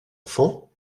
enfant